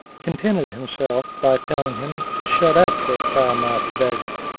contented himself by telling him to shut up for a foul-mouthed beggar,